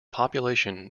population